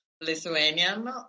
Lithuanian